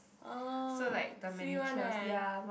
oh free one ah